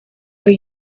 were